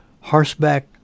horseback